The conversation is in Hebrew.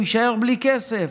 הוא יישאר בלי כסף.